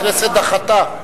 הכנסת דחתה.